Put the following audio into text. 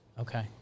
Okay